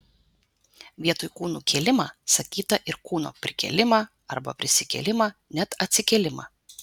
vietoj kūnų kėlimą sakyta ir kūno prikėlimą arba prisikėlimą net atsikėlimą